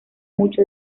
mucho